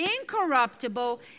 incorruptible